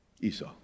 Esau